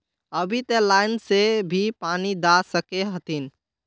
अभी ते लाइन से भी पानी दा सके हथीन?